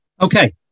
Okay